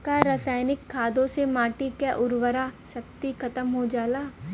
का रसायनिक खादों से माटी क उर्वरा शक्ति खतम हो जाला?